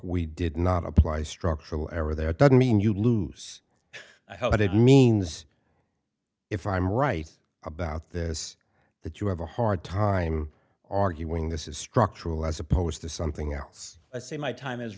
we did not apply structural error there doesn't mean you lose i hope it means if i'm right about this that you have a hard time arguing this is structural as opposed to something else i see my time is